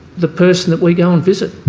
the person that we go and visit.